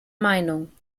meinung